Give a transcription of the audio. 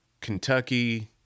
Kentucky